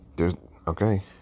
Okay